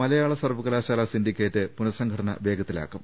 മലയാള സർവകലാശാല സിൻഡിക്കേറ്റ് പുനസംഘടന വേഗത്തിലാക്കും